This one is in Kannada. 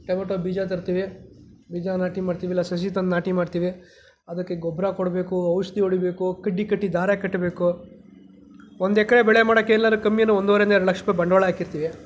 ಟೊಮೆಟೋ ಬೀಜ ತರ್ತೀವಿ ಬೀಜ ನಾಟಿ ಮಾಡ್ತೀವಿ ಇಲ್ಲ ಸಸಿ ತಂದು ನಾಟಿ ಮಾಡ್ತೀವಿ ಅದಕ್ಕೆ ಗೊಬ್ಬರ ಕೊಡಬೇಕು ಔಷಧಿ ಹೊಡಿಬೇಕು ಕಡ್ಡಿ ಕಟ್ಟಿ ದಾರ ಕಟ್ಟಬೇಕು ಒಂದು ಎಕರೆ ಬೆಳೆ ಮಾಡೋಕ್ಕೆ ಇಲ್ಲಾಂದ್ರೂ ಕಮ್ಮಿ ಅಂದ್ರೂ ಒಂದುವರೆಯಿಂದ ಎರಡು ಲಕ್ಷ ರೂಪಾಯಿ ಬಂಡವಾಳ ಹಾಕಿರ್ತೀವಿ